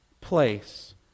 place